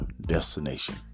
destination